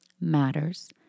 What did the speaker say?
matters